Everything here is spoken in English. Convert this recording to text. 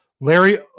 Larry